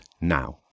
now